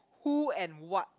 who and what